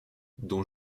dont